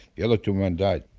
the other two men died.